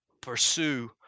Pursue